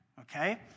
Okay